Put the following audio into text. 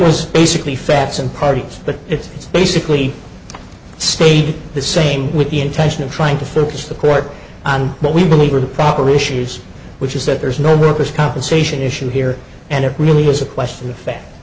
was basically facts and parties but it's basically stayed the same with the intention of trying to focus the court on what we believe are the proper issues which is that there's no workers compensation issue here and it really is a question the